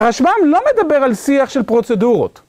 הרשב"ן לא מדבר על שיח של פרוצדורות.